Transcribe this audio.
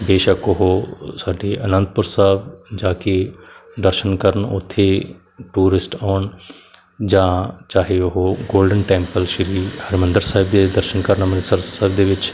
ਬੇਸ਼ੱਕ ਉਹ ਸਾਡੇ ਅਨੰਦਪੁਰ ਸਾਹਿਬ ਜਾ ਕੇ ਦਰਸ਼ਨ ਕਰਨ ਉੱਥੇ ਟੂਰਿਸਟ ਆਉਣ ਜਾਂ ਚਾਹੇ ਉਹ ਗੋਲਡਨ ਟੈਂਪਲ ਸ਼੍ਰੀ ਹਰਿਮੰਦਰ ਸਾਹਿਬ ਦੇ ਦਰਸ਼ਨ ਕਰਨ ਅੰਮ੍ਰਿਤਸਰ ਸਾਹਿਬ ਦੇ ਵਿੱਚ